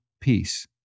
peace